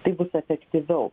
taip bus efektyviau